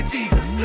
Jesus